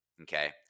Okay